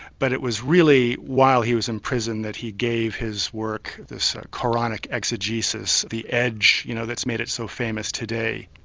but it was really while he was in prison that he gave his work, this qur'anic exegesis, the edge you know that's made it so famous today.